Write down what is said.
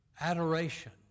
adoration